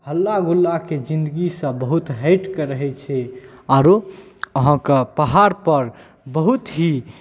हल्लागुल्लाके जिनगीसँ बहुत हटिकऽ रहै छै आओर अहाँके पहाड़पर बहुत ही